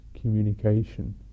communication